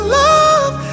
love